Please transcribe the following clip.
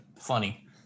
funny